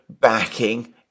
backing